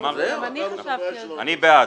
אמרתי, אני בעד.